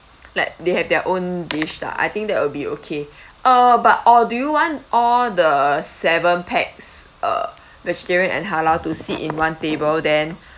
like they have their own dish lah I think that will be okay uh but or do you want all the seven pax uh vegetarian and halal to sit in one table then